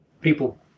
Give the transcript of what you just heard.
people